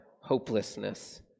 hopelessness